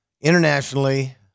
Internationally